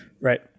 Right